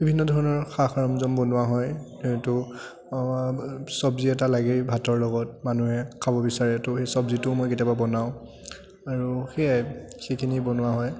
বিভিন্ন ধৰণৰ সা সৰঞ্জাম বনোৱা হয় সেইটো চব্জি এটা লাগেই ভাতৰ লগত মানুহে খাব বিচাৰেতো এই চব্জিটোও মই কেতিয়াবা বনাওঁ আৰু সেয়াই সেইখিনিয়ে বনোৱা হয়